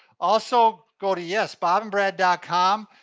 also, go to, yes, bobandbrad ah com.